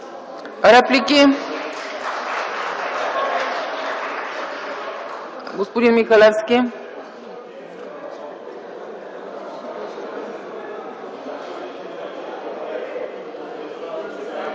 реплики? Господин Михалевски.